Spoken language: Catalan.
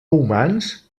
humans